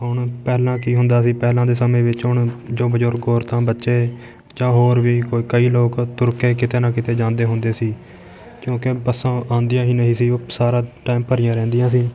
ਹੁਣ ਪਹਿਲਾਂ ਕੀ ਹੁੰਦਾ ਸੀ ਪਹਿਲਾਂ ਦੇ ਸਮੇਂ ਵਿੱਚ ਹੁਣ ਜੋ ਬਜ਼ੁਰਗ ਔਰਤਾਂ ਬੱਚੇ ਜਾਂ ਹੋਰ ਵੀ ਕੋਈ ਕਈ ਲੋਕ ਤੁਰ ਕੇ ਕਿਤੇ ਨਾ ਕਿਤੇ ਜਾਂਦੇ ਹੁੰਦੇ ਸੀ ਕਿਉਂਕਿ ਬੱਸਾਂ ਆਉਂਦੀਆਂ ਹੀ ਨਹੀਂ ਸੀ ਉਹ ਸਾਰਾ ਟੈਮ ਭਰੀਆਂ ਰਹਿੰਦੀਆਂ ਸੀ